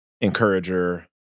Encourager